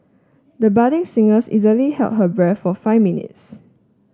the budding singers easily held her breath for five minutes